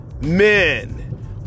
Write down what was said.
Men